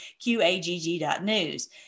qagg.news